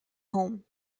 home